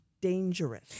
dangerous